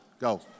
go